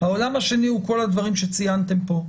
העולם השני הוא כל הדברים שציינתם פה: